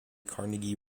carnegie